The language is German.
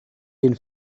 den